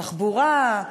תחבורה.